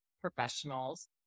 professionals